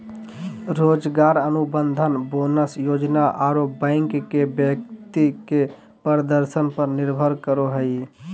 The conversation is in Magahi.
रोजगार अनुबंध, बोनस योजना आरो बैंक के व्यक्ति के प्रदर्शन पर निर्भर करो हइ